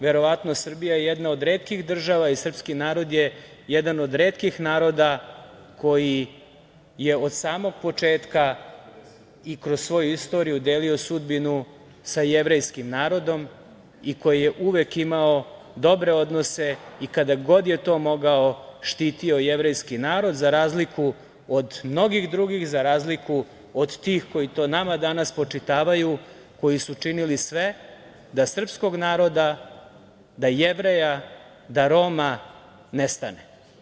Verovatno, Srbija je jedna od retkih država i srpski narod je jedan od retkih naroda koji je od samog početka i kroz svoju istoriju delio sudbinu sa jevrejskim narodom i koji je uvek imao dobre odnose i kada god je to mogao štitio jevrejski narod, za razliku od mnogih drugih, za razliku od tih koji to nama danas spočitavaju, koji su činili sve da srpskog naroda, da Jevreja, da Roma nestane.